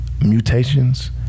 mutations